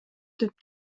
деп